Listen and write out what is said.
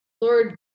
Lord